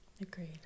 agreed